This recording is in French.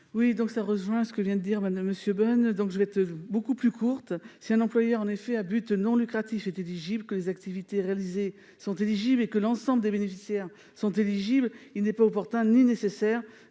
. Je rejoins ce que vient de dire M. Bonne, donc je vais être beaucoup plus courte. Si un employeur à but non lucratif est éligible, que les activités réalisées sont éligibles et que l'ensemble des bénéficiaires est éligible, il n'est ni opportun ni nécessaire